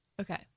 okay